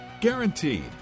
Guaranteed